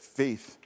faith